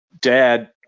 dad